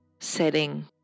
setting